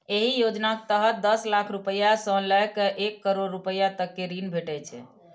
एहि योजना के तहत दस लाख रुपैया सं लए कए एक करोड़ रुपैया तक के ऋण भेटै छै